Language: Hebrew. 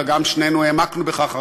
אלא שנינו גם העמקנו בכך,